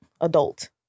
adult